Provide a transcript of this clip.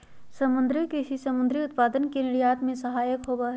समुद्री कृषि समुद्री उत्पादन के निर्यात में सहायक होबा हई